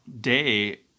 day